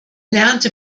lernte